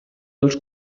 els